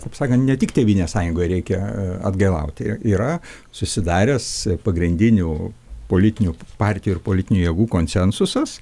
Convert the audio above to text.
taip sakant ne tik tėvynės sąjungoje reikia atgailauti yra susidaręs pagrindinių politinių partijų ir politinių jėgų konsensusas